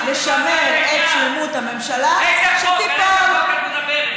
על מה אנחנו מדברים,